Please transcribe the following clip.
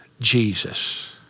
Jesus